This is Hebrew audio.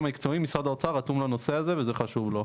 משרד האוצר רתום לנושא הזה וזה חשוב לו.